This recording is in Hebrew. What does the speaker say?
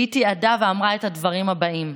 והיא תיעדה ואמרה את הדברים הבאים: